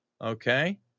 Okay